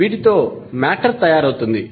వీటితో మేటర్ తయారవుతుంది